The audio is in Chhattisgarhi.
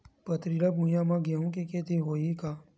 पथरिला भुइयां म गेहूं के खेती होही का?